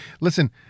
Listen